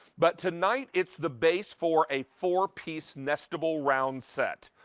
but tonight it's the base for a four piece nestable round set.